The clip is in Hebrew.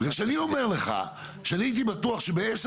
בגלל שאני אומר לך שאני הייתי בטוח שבעשר